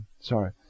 Sorry